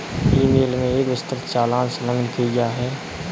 ई mail में एक विस्तृत चालान संलग्न किया है